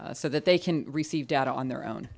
so that they can receive data on their own